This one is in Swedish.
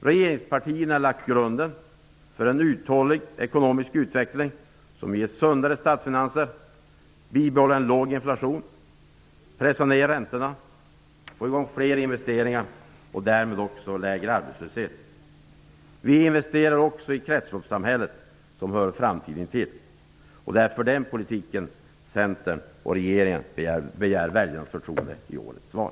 Regeringspartierna har lagt grunden för en uthållig ekonomisk utveckling som ger sundare statsfinanser, bibehållen låg inflation, lägre räntor, fler investeringar och därmed lägre arbetslöshet. Vi investerar också i kretsloppssamhället som hör framtiden till. Det är för den politiken Centern och regeringen begär väljarnas förtroende i årets val!